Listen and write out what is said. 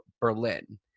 Berlin